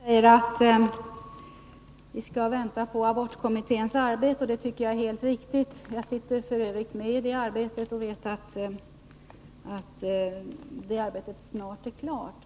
Herr talman! Evert Svensson säger att vi skall vänta på abortkommittén. Det tycker jag är helt riktigt. Jag sitter f. ö. med i det arbetet och vet att det snart är klart.